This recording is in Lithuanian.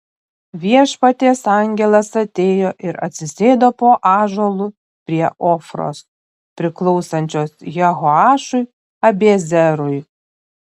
viešpaties angelas atėjo ir atsisėdo po ąžuolu prie ofros priklausančios jehoašui abiezerui